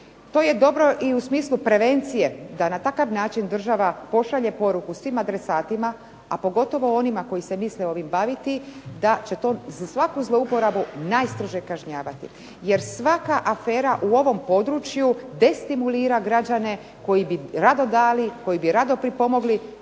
To je dobro i u smislu prevencija da na taj način država pošalje poruku svim adresatima, a pogotovo onima koji se misle ovim baviti, da će to svaku zlouporabu najteže kažnjavati, jer svaka afera u ovom području destimulira građane koji bi rado dali koji bi rado pomogli,